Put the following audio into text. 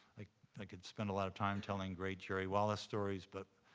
i could spend a lot of time telling great jerry wallace stories, but